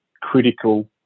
critical